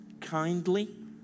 Kindly